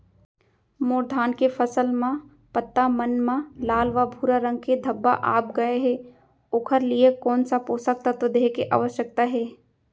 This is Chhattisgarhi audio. मोर धान के फसल म पत्ता मन म लाल व भूरा रंग के धब्बा आप गए हे ओखर लिए कोन स पोसक तत्व देहे के आवश्यकता हे?